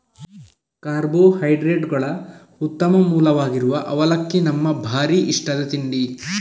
ಕಾರ್ಬೋಹೈಡ್ರೇಟುಗಳ ಉತ್ತಮ ಮೂಲವಾಗಿರುವ ಅವಲಕ್ಕಿ ನಮ್ಮ ಭಾರೀ ಇಷ್ಟದ ತಿಂಡಿ